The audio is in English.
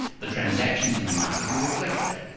the transactions in the market will reflect that.